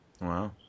Wow